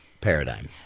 paradigm